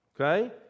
Okay